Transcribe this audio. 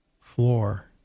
floor